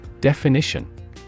Definition